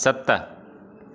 सत